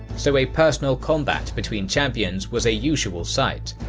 so a personal combat between champions was a usual sight.